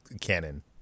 canon